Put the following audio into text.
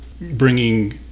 bringing